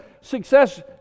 success